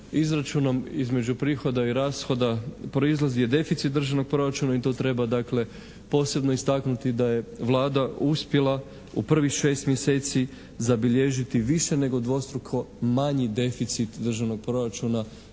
izračunom između prihoda i rashoda proizlazi je deficit državnog proračuna i tu treba dakle posebno istaknuti da je Vlada uspjela u prvih šest mjeseci zabilježiti više nego dvostruko manji deficit državnog proračuna